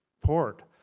port